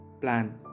Plan